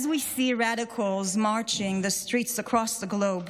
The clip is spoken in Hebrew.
As we see radicals invading streets across the globe,